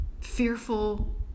fearful